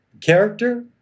Character